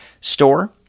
store